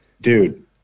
Dude